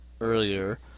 earlier